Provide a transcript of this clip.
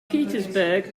petersburg